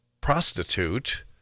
prostitute